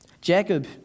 Jacob